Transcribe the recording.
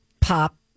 pop